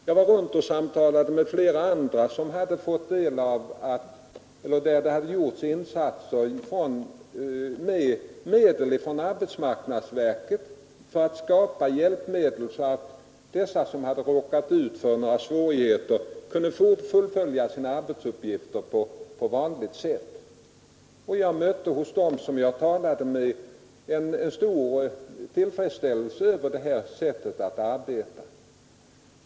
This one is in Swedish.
Jag var runt och samtalade med flera andra för vilka det hade gjorts insatser med medel ifrån arbetsmarknadsverket. Man hade skapat pmedel så att dessa som hade råkat ut för svårigheter kunde fullfölja sina arbetsuppgifter på vanligt sätt. Jag mötte hos dem jag talade med en stor tillfredsställelse över det här sättet att lösa problemen.